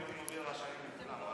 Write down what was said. הייתי מביא רעשנים לכולם,